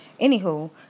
Anywho